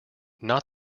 not